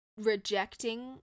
rejecting